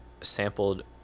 Sampled